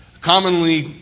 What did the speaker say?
commonly